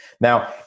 Now